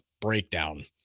breakdown